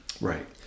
Right